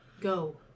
go